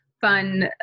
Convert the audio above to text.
fun